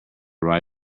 ride